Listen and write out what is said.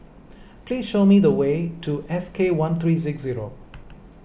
please show me the way to S K one three zero